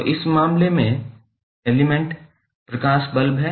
तो इस मामले में एलिमेंट प्रकाश बल्ब है